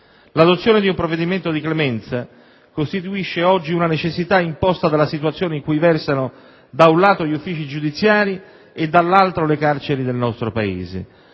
L'adozione di un provvedimento di clemenza costituisce oggi una necessità imposta dalla situazione in cui versano, da un lato, gli uffici giudiziari e, dall'altro, le carceri del nostro Paese,